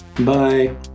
bye